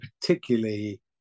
particularly